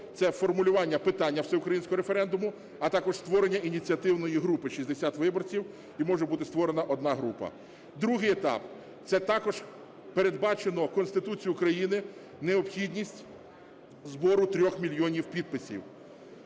це формулювання питання всеукраїнського референдуму, а також створення ініціативної групи 60 виборців, і може бути створена одна група. Другий етап. Це також передбачено Конституцією України, необхідність збору 3 мільйонів підписів.